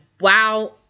Wow